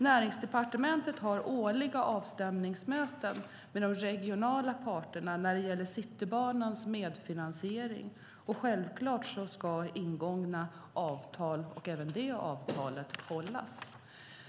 Näringsdepartementet har årliga avstämningsmöten med de regionala parterna när det gäller Citybanans medfinansiering. Självklart ska ingångna avtal, och även det avtalet, hållas.